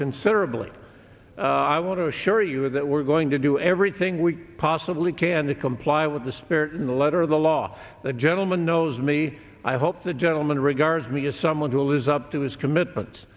considerably i want to assure you of that we're going to do everything we possibly can to comply with the spirit and the letter of the law the gentleman knows me i hope the gentleman regards me as someone who lives up to his commitments